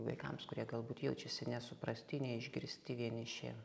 vaikams kurie galbūt jaučiasi nesuprasti neišgirsti vieniši